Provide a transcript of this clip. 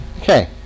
okay